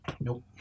Nope